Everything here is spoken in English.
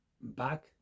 back